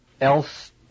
else